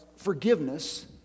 Forgiveness